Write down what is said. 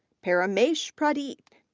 paramesh pradeep,